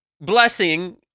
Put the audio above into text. blessing